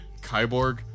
Kyborg